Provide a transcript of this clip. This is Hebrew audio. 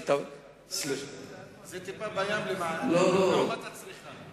זאת טיפה בים לעומת הצריכה.